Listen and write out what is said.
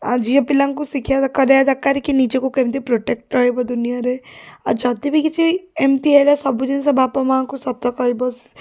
ଆଉ ଝିଅପିଲାଙ୍କୁ ଶିକ୍ଷା କରିବା ଦରକାର କି ନିଜକୁ କେମିତି ପ୍ରୋଟେକ୍ଟ ରହିବ ଦୁନିଆରେ ଆଉ ଯଦି ବି କିଛି ଏମତି ହେଲା ସବୁ ଜିନିଷ ବାପା ମା'ଙ୍କୁ ସତ କହିବ